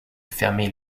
fermer